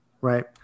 Right